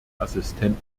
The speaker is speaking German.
assistenten